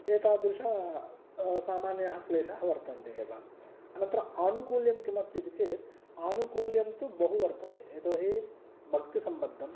एतादृशा सामान्याः क्लेशाः वर्तन्ते एव अनन्तरम् आनुकूल्यं किमस्ति इति चेत् आनुकूल्यं तु बहु वर्तते यतो हि भक्तिसम्बद्धं